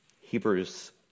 Hebrews